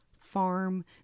farm